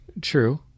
true